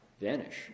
vanish